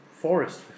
Forest